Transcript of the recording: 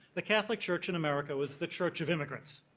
the catholic church in america was the church of immigrants.